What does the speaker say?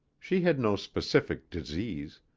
she had no specific disease.